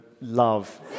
love